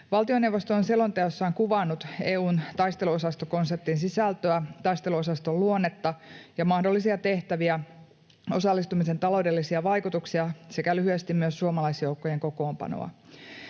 Valtioneuvosto on selonteossaan kuvannut EU:n taisteluosastokonseptin sisältöä, taisteluosaston luonnetta ja mahdollisia tehtäviä, osallistumisen taloudellisia vaikutuksia sekä lyhyesti myös suomalaisjoukkojen kokoonpanoa.